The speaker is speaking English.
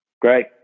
Great